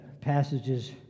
passages